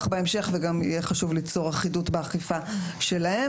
בהמשך ויהיה חשוב ליצור אחידות באכיפה שלהם.